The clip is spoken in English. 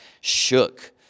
shook